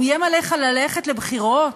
הוא איים עליך ללכת לבחירות?